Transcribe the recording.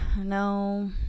No